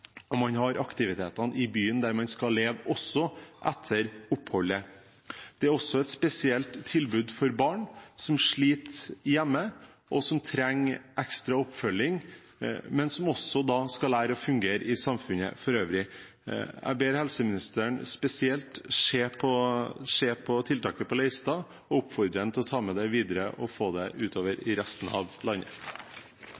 og man har aktivitetene i byen der man skal leve også etter oppholdet. Det er også et spesielt tilbud for barn som sliter hjemme, og som trenger ekstra oppfølging, men som også skal lære å fungere i samfunnet for øvrig. Jeg ber helseministeren spesielt se på tiltaket på Leistad, og oppfordrer ham til å ta med det videre og få det